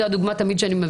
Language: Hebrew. זו הדוגמה שאני תמיד מביאה,